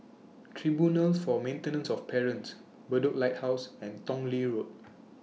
Tribunal For Maintenance of Parents Bedok Lighthouse and Tong Lee Road